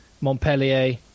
Montpellier